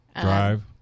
drive